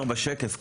בשקף קודם,